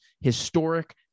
historic